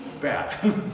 Bad